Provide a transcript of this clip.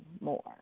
more